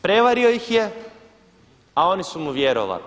Prevario ih je, a oni su mu vjerovali.